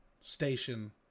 station